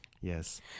Yes